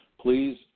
Please